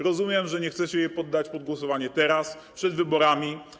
Rozumiem, że nie chcecie jej poddać pod głosowanie teraz, przed wyborami.